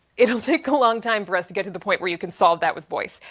it will take a long time for us to get to the point where you can solve that with voice.